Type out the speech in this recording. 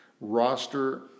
roster